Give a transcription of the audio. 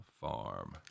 farm